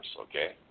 okay